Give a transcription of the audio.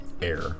air